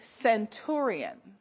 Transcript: centurion